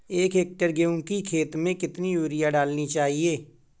एक हेक्टेयर गेहूँ की खेत में कितनी यूरिया डालनी चाहिए?